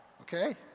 okay